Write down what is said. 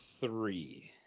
three